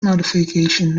modification